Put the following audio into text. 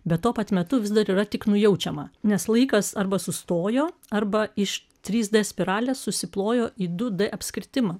bet tuo pat metu vis dar yra tik nujaučiama nes laikas arba sustojo arba iš trys d spiralės susiplojo į du d apskritimą